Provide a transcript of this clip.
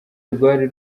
rwari